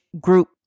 group